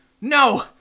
No